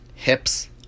Hips